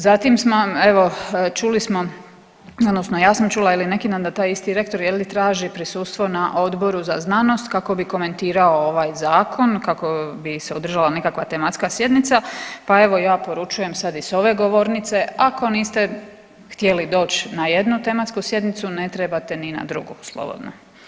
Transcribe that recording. Zatim smo, evo čuli smo odnosno ja sam čula ili neki dan da taj isti rektor traži prisustvo na Odboru za znanost kako bi komentirao ovaj zakon, kako bi se održala nekakva tematska sjednica, pa evo ja poručujem sad i sa ove govornice ako niste htjeli doći na jednu tematsku sjednicu ne trebate ni na drugu slobodno.